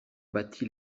battit